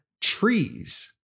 trees